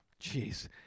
jeez